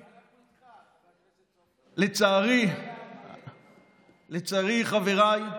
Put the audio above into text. לצערי, חבריי,